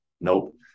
Nope